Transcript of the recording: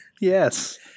Yes